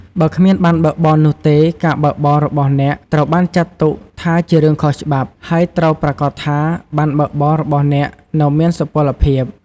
បើគ្មានប័ណ្ណបើកបរនោះទេ ការបើកបររបស់អ្នកត្រូវបានចាត់ទុកថាជារឿងខុសច្បាប់ ហើយត្រូវប្រាកដថា ប័ណ្ណបើកបររបស់អ្នកនៅមានសុពលភាព។។